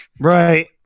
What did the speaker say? Right